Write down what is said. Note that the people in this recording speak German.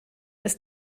ist